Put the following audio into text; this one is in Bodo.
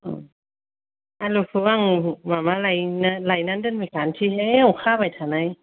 उम आलुखौ आं माबा लायनो लायनानै दोनफै खानोसैहाय अखा हाबाय थानाय